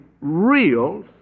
real